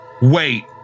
wait